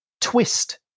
twist